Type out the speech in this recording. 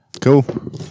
Cool